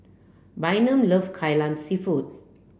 Bynum love Kai Lan Seafood